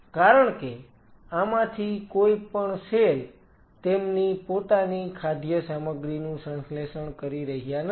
કારણ કે આમાંથી કોઈ પણ સેલ તેમની પોતાની ખાદ્ય સામગ્રીનું સંશ્લેષણ કરી રહ્યા નથી